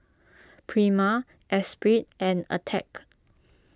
Prima Esprit and Attack